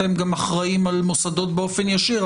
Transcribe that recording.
אתם גם אחראים על מוסדות באופן ישיר,